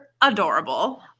adorable